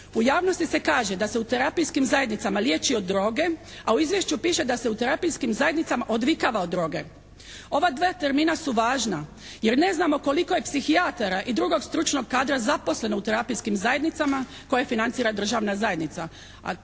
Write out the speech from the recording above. U javnosti se kaže da se u terapijskim zajednicama kaže da se liječi od droge, a u izvješću kaže da se u terapijskim zajednicama odvikava od droge. Ova dva termina su važna. Jer ne znamo koliko je psihijatara i drugog stručnog kadra zaposleno u terapijskim zajednicama koje financira državna zajednica.